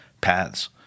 paths